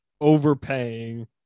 overpaying